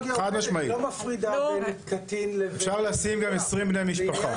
הטכנולוגיה היא לא מפרידה בין קטין לבין אפשר לשים גם 20 בני משפחה.